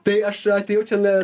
tai aš atėjau čia ne